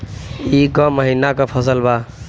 ई क महिना क फसल बा?